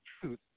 truth